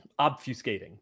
obfuscating